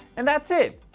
and that's it,